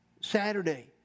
Saturday